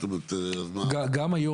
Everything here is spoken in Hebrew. גם היום,